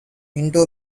into